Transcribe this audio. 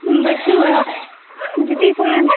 ᱵᱟᱹᱪᱩᱜᱼᱟ ᱡᱩᱫᱤ ᱠᱷᱟᱱ